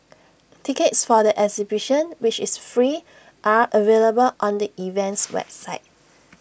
tickets for the exhibition which is free are available on the event's website